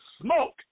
smoke